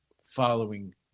following